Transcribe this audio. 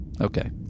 Okay